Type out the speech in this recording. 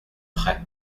prêt